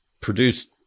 produced